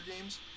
games